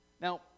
Now